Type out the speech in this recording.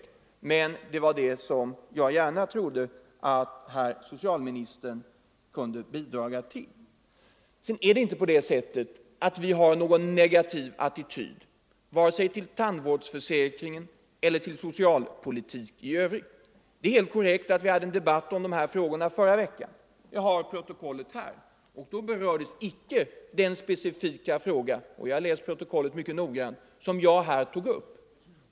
Men Torsdagen den det var aet som jag trodde att herr socialministern kunde bidra till. 28 november 1974 Sedan är det inte på det sättet att vi på vårt håll har någon negativ attityd till vare sig tandvårdsförsäkringen eller socialpolitik i övrigt. Det — Ang. försäkringsär helt korrekt att det i kommunen fördes en debatt om dessa frågor kassornas adminiförra veckan; jag har protokollet här. Men då berördes icke den specifika = strationskostnader frågan — och jag har läst protokollet mycket noggrant — som jag här för tandvårdsförtog upp.